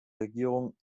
regierung